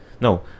no